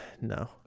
no